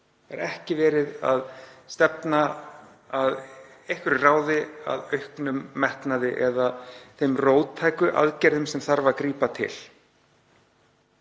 er ekki stefnt að einhverju ráði að auknum metnaði eða þeim róttæku aðgerðum sem þarf að grípa til.